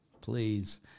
please